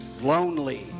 lonely